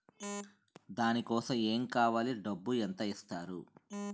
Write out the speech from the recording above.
దాని కోసం ఎమ్ కావాలి డబ్బు ఎంత ఇస్తారు?